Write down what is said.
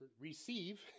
receive